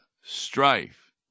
strife